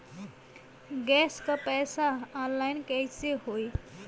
Gas क पैसा online कइसे होई?